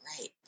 right